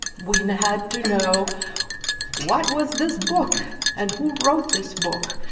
we and had to know what was this book and who wrote this book?